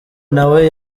nawe